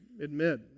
admit